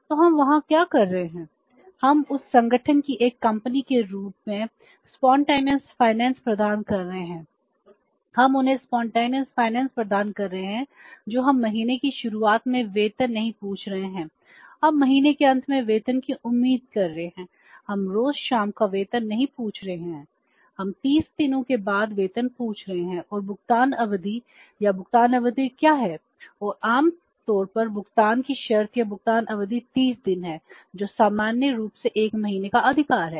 तो हम वहां क्या कर रहे हैं हम उस संगठन की एक कंपनी के रूप में स्पॉन्टेनियस फाइनेंस प्रदान कर रहे हैं जो हम महीने की शुरुआत में वेतन नहीं पूछ रहे हैं हम महीने के अंत में वेतन की उम्मीद कर रहे हैं हम रोज़ शाम का वेतन नहीं पूछ रहे हैं हम 30 दिनों के बाद वेतन पूछ रहे हैं और भुगतान अवधि या भुगतान अवधि क्या है और आमतौर पर भुगतान की शर्तें या भुगतान अवधि 30 दिन है जो सामान्य रूप से 1 महीने का अधिकार है